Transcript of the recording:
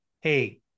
hey